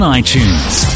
iTunes